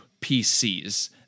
pcs